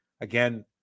again